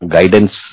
Guidance